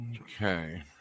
Okay